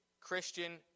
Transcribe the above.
Christian